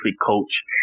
coach